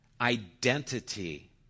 identity